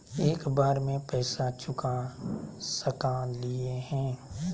एक बार में पैसा चुका सकालिए है?